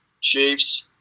Chiefs